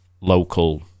local